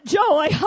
joy